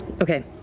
Okay